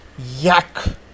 yuck